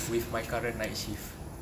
with my current night shift